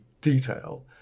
detail